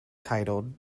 titled